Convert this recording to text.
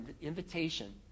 invitation